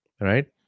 right